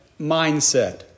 mindset